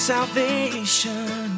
salvation